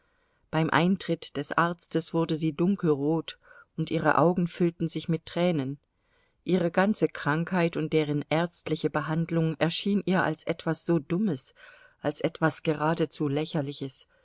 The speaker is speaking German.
beim eintritt des arztes wurde sie dunkelrot und ihre augen füllten sich mit tränen ihre ganze krankheit und deren ärztliche behandlung erschienen ihr als etwas so dummes als etwas geradezu lächerliches